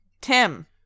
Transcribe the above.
Tim